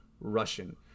Russian